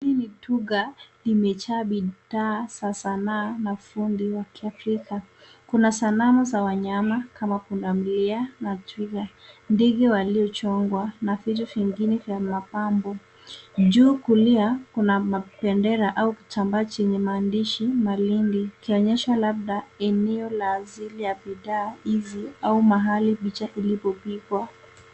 Hii ni duka imejaa bidhaa za sanaa na ufundi wa kiafrika. Kuna sanamu za wanyama kama pundamilia na twiga. Ndege waliochongwa na vitu vingine vya mapambo. Juu kulia kuna mabendera au kitambaa chenye maandishi Malindi ikionyesha labda eneo ya asili ya bidhaa hizi au mahali picha ilipopigwa.